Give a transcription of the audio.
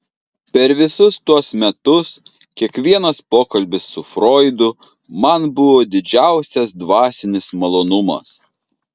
per visus tuos metus kiekvienas pokalbis su froidu man buvo didžiausias dvasinis malonumas